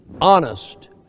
honest